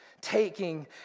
taking